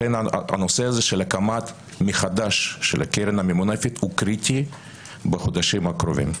הנושא הזה של הקמה מחודשת של הקרן הממונפת הוא קריטי בחודשים הקרובים.